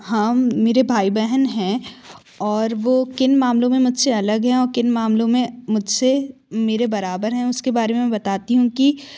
हाँ मेरे भाई बहन हैं और वो किन मामलों में मुझसे और किन मामलों में मुझसे मेरे बराबर हैं उसके बारे में बताती हूँ कि